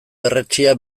berretsia